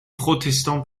protestants